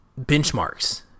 benchmarks